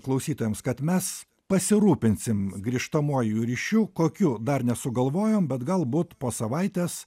klausytojams kad mes pasirūpinsim grįžtamuoju ryšiu kokiu dar nesugalvojom bet galbūt po savaitės